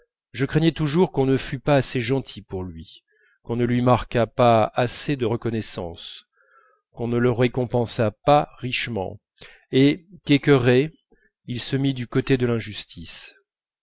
je craignais toujours qu'on ne fût pas assez gentil pour lui qu'on ne lui marquât pas assez de reconnaissance qu'on ne le récompensât pas richement et qu'écœuré il se mît du côté de l'injustice